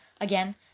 Again